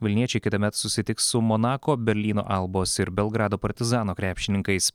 vilniečiai kitąmet susitiks su monako berlyno albos ir belgrado partizano krepšininkais